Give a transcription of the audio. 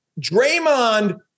Draymond